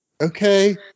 okay